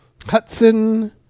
Hudson